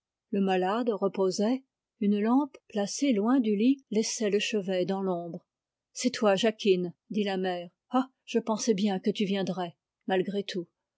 le malade reposait une lampe placée loin du lit laissait le chevet dans l'ombre c'est toi jacquine dit la mère ah je pensais bien que tu viendrais